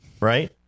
Right